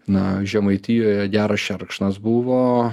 na žemaitijoje geras šerkšnas buvo